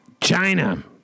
china